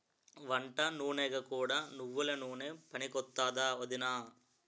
వంటనూనెగా కూడా నువ్వెల నూనె పనికొత్తాదా ఒదినా?